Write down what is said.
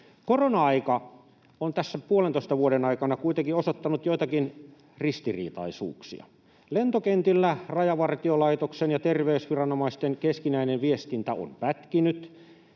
Korona-aika on tässä puolentoista vuoden aikana kuitenkin osoittanut joitakin ristiriitaisuuksia. Lentokentillä Rajavartiolaitoksen ja terveysviranomaisten keskinäinen viestintä on pätkinyt